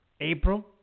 April